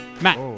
Matt